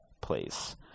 place